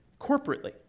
corporately